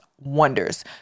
wonders